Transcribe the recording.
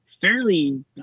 fairly